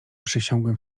przysiągłem